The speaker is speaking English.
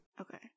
Okay